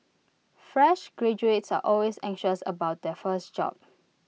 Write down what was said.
fresh graduates are always anxious about their first job